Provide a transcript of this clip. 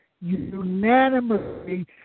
unanimously